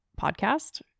podcast